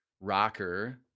rocker